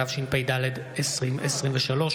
התשפ"ד 2023,